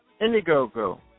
Indiegogo